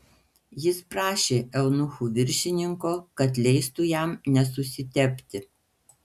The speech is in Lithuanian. jis prašė eunuchų viršininko kad leistų jam nesusitepti